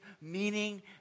meaning